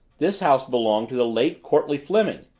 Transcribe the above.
this house belonged to the late courtleigh fleming.